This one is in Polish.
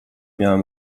miałem